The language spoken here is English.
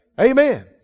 Amen